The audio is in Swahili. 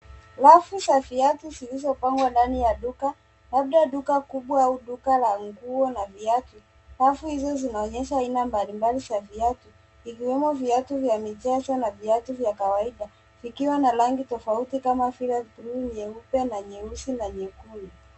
Rafu za viatu zilizopangwa ndani ya duka labda duka kubwa au duka la nguo na viatu. Rafu hizi zinaonyesha haina mbalimbali za viatu vikiwemo viatu vya michezo na viatu vya kawaida vikiwa na rangi tofauti, nyeupe, nyeusi na nyekundu.